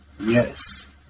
Yes